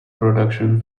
production